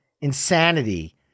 insanity